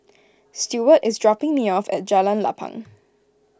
Stuart is dropping me off at Jalan Lapang